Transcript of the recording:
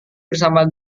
bersama